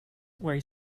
where